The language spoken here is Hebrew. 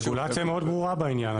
הרגולציה מאוד ברורה בעניין הזה.